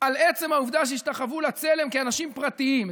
על עצם העובדה שהשתחוו לצלם כאנשים פרטיים,